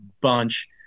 bunch